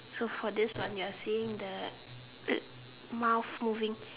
so for this one you are seeing the uh mouth moving